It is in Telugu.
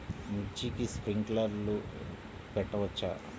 మిర్చికి స్ప్రింక్లర్లు పెట్టవచ్చా?